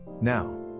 Now